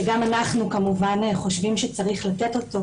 שגם אנחנו כמובן חושבים שצריך לתת אותו,